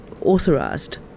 authorized